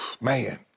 man